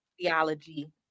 theology